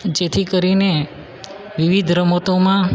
જેથી કરીને વિવિધ રમતોમાં